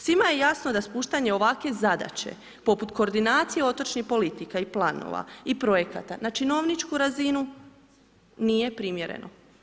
Svima je jasno da spuštanje ovakve zadaće poput koordinacije otočnih politika i planova i projekata na činovničku razinu nije primjereno.